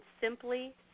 simply